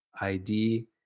ID